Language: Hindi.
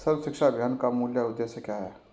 सर्व शिक्षा अभियान का मूल उद्देश्य क्या है?